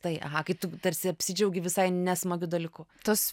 tai aha tarsi apsidžiaugė visai nesmagiu dalyku tos